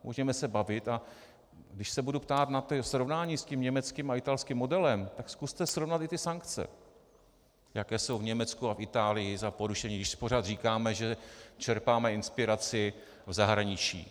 Můžeme se bavit, a když se budu ptát na srovnání s německým a italským modelem, tak zkuste srovnat i ty sankce, jaké jsou v Německu a v Itálii za porušení, když pořád říkáme, že čerpáme inspiraci v zahraničí.